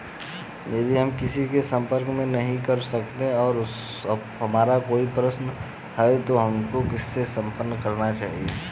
यदि हम किसी से संपर्क नहीं कर सकते हैं और हमारा कोई प्रश्न है तो हमें किससे संपर्क करना चाहिए?